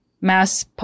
mass